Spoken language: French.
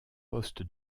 poste